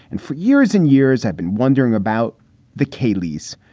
and for years and years, i've been wondering about the kaylee's.